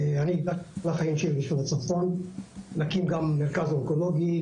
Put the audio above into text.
אני הגעתי לצפון להקים גם מרכז אונקולוגי,